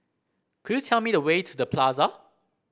could you tell me the way to The Plaza